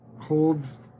holds